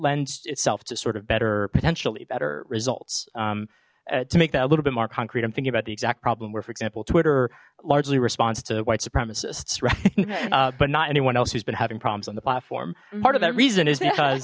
lend itself to sort of better potentially better results to make that a little bit more concrete i'm thinking about the exact problem where for example twitter largely responds to white supremacists right but not anyone else who's been having problems on the platform part of that reason is because